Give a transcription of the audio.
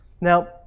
now